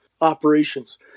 operations